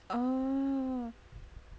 oh